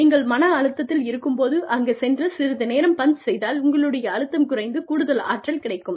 நீங்கள் மன அழுத்தத்தில் இருக்கும் போது அங்குச் சென்று சிறிது நேரம் பஞ்ச் செய்தால் உங்களுடைய அழுத்தம் குறைந்து கூடுதல் ஆற்றல் கிடைக்கும்